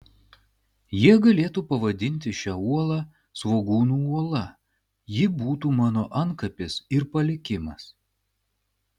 jie galėtų pavadinti šią uolą svogūnų uola ji būtų mano antkapis ir palikimas